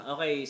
Okay